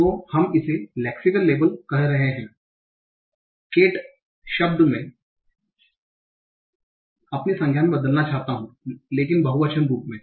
तो हम इसे लेक्सिकल लेबल कह रहे हैं केट मैं इसे अपनी संज्ञा में बदलना चाहता हूं लेकिन बहुवचन रूप मे